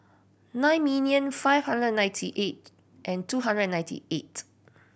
nine million five hundred and ninety eight and two hundred and ninety eight